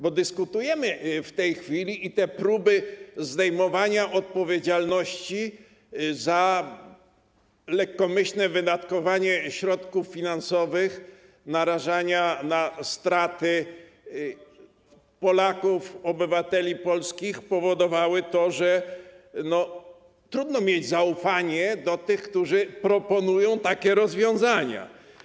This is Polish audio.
Bo dyskutujemy o tym w tej chwili i to te próby zdejmowania odpowiedzialności za lekkomyślne wydatkowanie środków finansowych, narażanie na straty Polaków, obywateli polskich spowodowały to, że trudno mieć zaufanie do tych, którzy proponują takie rozwiązania.